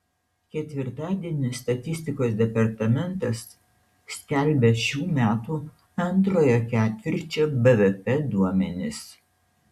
ketvirtadienį statistikos departamentas skelbia šių metų antrojo ketvirčio bvp duomenis